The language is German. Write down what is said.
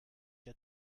der